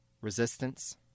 Resistance